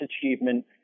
achievement